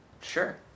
Sure